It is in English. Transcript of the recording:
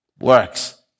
works